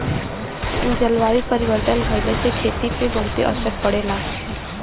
जलवायु परिवर्तन भइले से खेती पे बहुते असर पड़ला